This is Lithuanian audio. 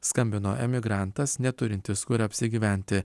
skambino emigrantas neturintis kur apsigyventi